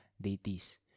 deities